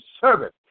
servant